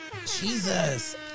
Jesus